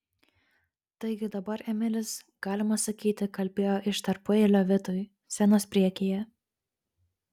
taigi dabar emilis galima sakyti kalbėjo iš tarpueilio vitui scenos priekyje